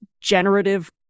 generative